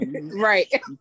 Right